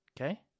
Okay